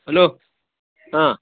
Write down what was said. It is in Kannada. ಹಲೋ ಹಾಂ